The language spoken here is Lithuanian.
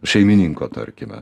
šeimininko tarkime